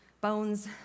bones